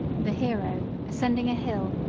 the hero, ascending a hill,